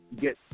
get